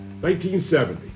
1970